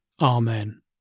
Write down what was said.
Amen